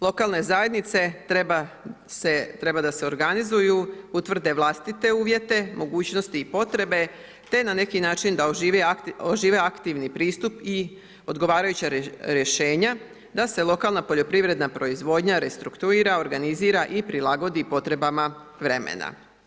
Lokalne zajednice trebaju se organizirati, utvrde vlastite uvjete, mogućnosti i potrebe, te na neki način da ožive aktivni pristup i odgovarajuća rješenja da se lokalna poljoprivredna proizvodnja restrukturira, organizira i prilagodi potrebama vremena.